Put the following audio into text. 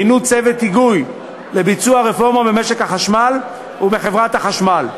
מינו צוות היגוי לביצוע רפורמה במשק החשמל ובחברת החשמל.